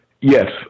yes